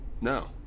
no